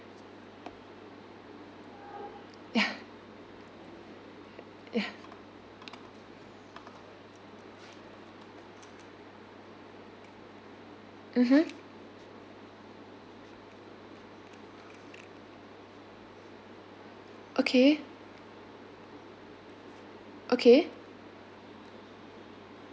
ya ya mmhmm okay okay